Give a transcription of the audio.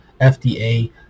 FDA